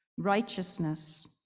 Righteousness